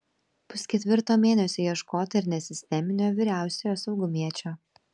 pusketvirto mėnesio ieškota ir nesisteminio vyriausiojo saugumiečio